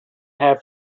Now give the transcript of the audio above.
have